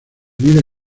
vida